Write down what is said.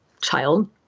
child